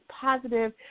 positive